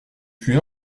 depuis